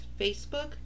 Facebook